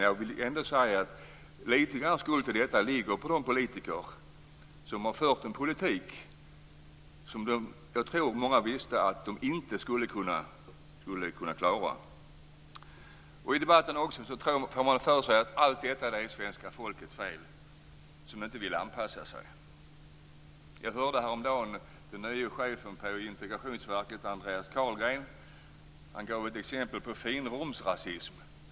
Jag tror att lite grann skuld till detta ligger hos de politiker som har fört en politik som jag tror att många av dem visste att de inte skulle kunna klara. I debatten får man för sig att allt detta är svenska folkets fel därför att de inte vill anpassa sig. Jag hörde häromdagen den nye chefen för Integrationsverket, Andreas Carlgren. Han gav ett exempel på finrumsrasism.